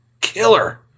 killer